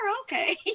okay